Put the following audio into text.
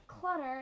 Clutter